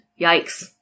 Yikes